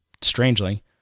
strangely